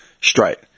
straight